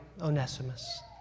Onesimus